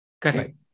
Correct